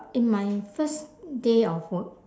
in my first day of work